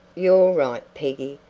you're right, peggy,